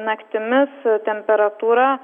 naktimis temperatūra